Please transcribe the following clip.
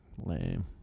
Lame